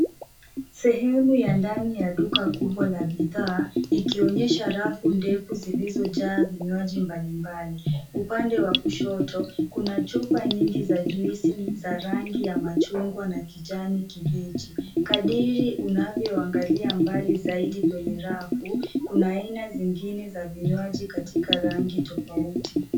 Sehemu ya ndani ya duka kubwa la bidhaa ikionyesha rafu ndefu zilizojaa vinywaji mbalimbali. Upande wa kushoto kuna chupa nyingi za juisi za rangi ya machungwa na kijani kibichi kadiri unavyoangalia mbali zaidi kwenye rafu, kuna aina zingine za vinywaji katika rangi tofauti.